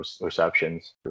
receptions